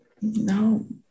No